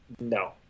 No